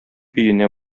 өенә